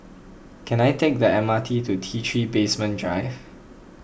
can I take the M R T to T three Basement Drive